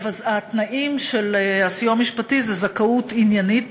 התנאים של הסיוע המשפטי הם זכאות עניינית,